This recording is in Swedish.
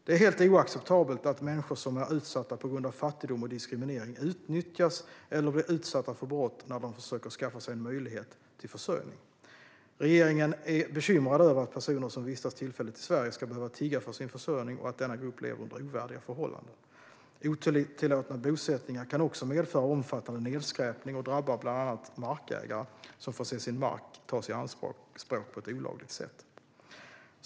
Det är helt oacceptabelt att människor som är utsatta på grund av fattigdom och diskriminering utnyttjas eller blir utsatta för brott när de försöker skaffa sig en möjlighet till försörjning. Regeringen är bekymrad över att personer som vistas tillfälligt i Sverige ska behöva tigga för sin försörjning och att denna grupp lever under ovärdiga förhållanden. Otillåtna bosättningar kan också medföra omfattande nedskräpning och drabbar bland annat markägare som får se sin mark tas i anspråk på ett olagligt sätt.